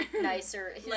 nicer